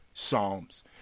Psalms